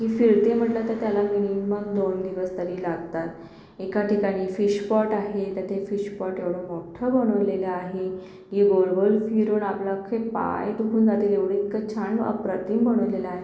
की फिरते म्हटलं तर त्याला मिनिमम दोन दिवस तरी लागतात एका ठिकाणी फिशपॉट आहे तर ते फिशपॉट एवढं मोठं बनवलेलं आहे की गोल गोल फिरून आपलं अख्खे पाय दुखून जातील एवढे इतकं छान अप्रतिम बनवलेलं आहे